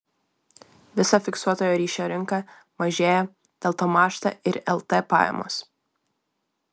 visa fiksuotojo ryšio rinka mažėja dėl to mąžta ir lt pajamos